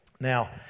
Now